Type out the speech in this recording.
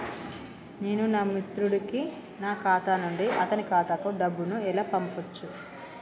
నేను నా మిత్రుడి కి నా ఖాతా నుండి అతని ఖాతా కు డబ్బు ను ఎలా పంపచ్చు?